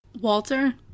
Walter